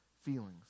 feelings